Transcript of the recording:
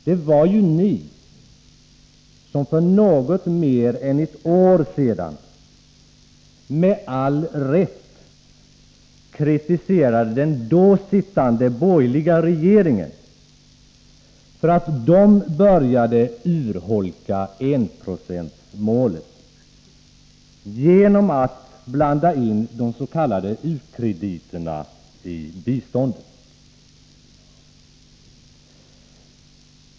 Det var ju ni som för något mer än ett år sedan med all rätt kritiserade den då sittande borgerliga regeringen för att den började urholka enprocentsmålet genom att blanda in de s.k. u-krediterna i biståndet.